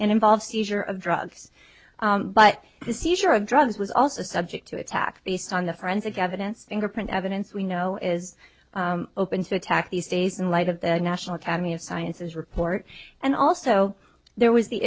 involve seizure of drugs but the seizure of drugs was also subject to attack based on the forensic evidence fingerprint evidence we know is open to attack these days in light of the national academy of sciences report and also there was the